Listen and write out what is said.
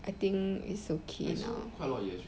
I think it's okay now